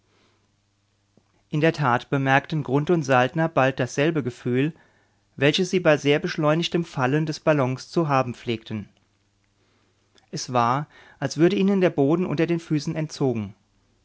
in der tat bemerkten grunthe und saltner bald dasselbe gefühl welches sie bei sehr beschleunigtem fallen des ballons zu haben pflegten es war als würde ihnen der boden unter den füßen entzogen